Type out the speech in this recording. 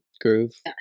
groove